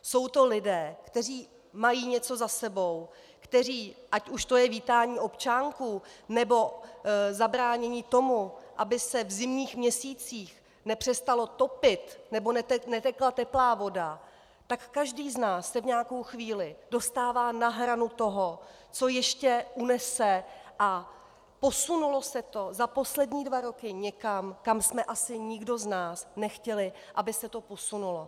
Jsou to lidé, kteří mají něco za sebou, kteří, ať už to je vítání občánků, nebo zabránění tomu, aby se v zimním měsících nepřestalo topit nebo netekla teplá voda, tak každý z nás se v nějakou chvíli dostává na hranu toho, co ještě unese, a posunulo se to za poslední dva roky někam, kam jsme asi nikdo z nás nechtěli, aby se to posunulo.